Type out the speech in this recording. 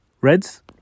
Reds